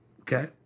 Okay